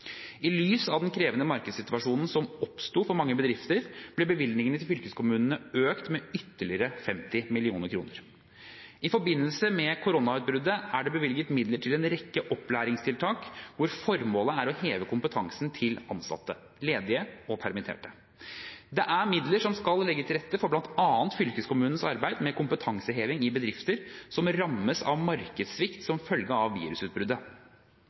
I lys av den krevende markedssituasjonen som oppsto for mange bedrifter, ble bevilgningen til fylkeskommunene økt med ytterligere 50 mill. kr. I forbindelse med koronautbruddet er det bevilget midler til en rekke opplæringstiltak hvor formålet er å heve kompetansen til ansatte, ledige og permitterte. Det er midler som skal legge til rette for bl.a. fylkeskommunenes arbeid med kompetanseheving i bedrifter som rammes av markedssvikt som følge av virusutbruddet.